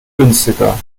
günstiger